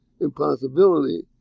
impossibility